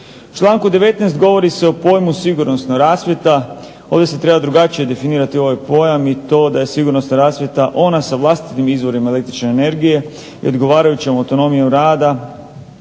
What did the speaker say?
članku 19. govori se o pojmu sigurnosna rasvjeta. Ovdje se treba drugačije definirati ovaj pojam i to da je sigurnosna rasvjeta ona sa vlastitim izvorima električne energije i odgovarajućom autonomijom rada